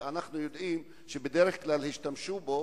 שאנחנו יודעים שהשתמשו בו